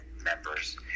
members